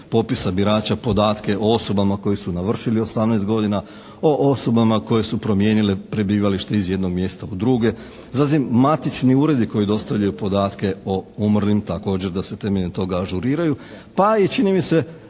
popisa birača podatke o osobama koje su navršili 18 godina, o osobama koje su promijenile prebivalište iz jednog mjesta u druge, zatim matični uredi koji dostavljaju podatke o umrlim, također da se temeljem toga ažuriraju, pa i čini mi se